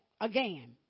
again